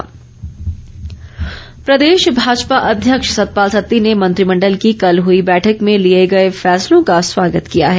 स्वागत प्रदेश भाजपा अध्यक्ष सतपाल सत्ती ने मंत्रिमण्डल की कल हुई बैठक में लिए गए फैसलों का स्वागत किया है